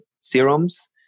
serums